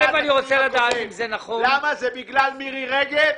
זה בגלל מירי רגב?